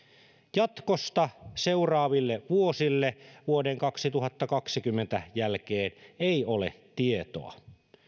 jatkosta seuraaville vuosille vuoden kaksituhattakaksikymmentä jälkeen ei ole tietoa